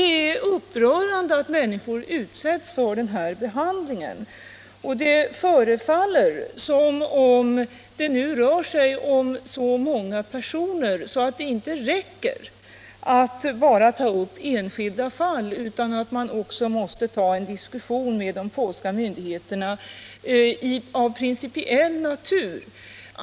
Det är upprörande att människor utsätts för sådan behandling, och det förefaller som om det nu rör sig om så många personer att det inte räcker med att ta upp enskilda fall, utan att man också måste ta upp en diskussion av principiell natur med de polska myndigheterna.